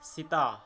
Sita